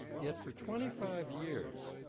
yet for twenty five years,